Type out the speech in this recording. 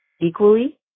equally